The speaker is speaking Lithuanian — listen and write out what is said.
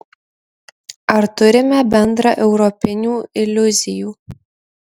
ar turime bendraeuropinių iliuzijų